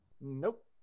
Nope